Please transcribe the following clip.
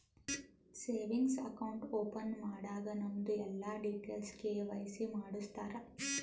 savings account open ಮಾಡಾಗ್ ನಮ್ದು ಎಲ್ಲಾ ಡೀಟೇಲ್ಸ್ ಕೆ.ವೈ.ಸಿ ಮಾಡುಸ್ತಾರ್